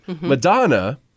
Madonna